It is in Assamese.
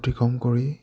অতিক্ৰম কৰি